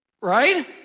Right